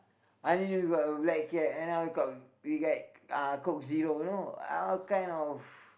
I need to got a black cap and another cap we like uh coke zero you know all kind of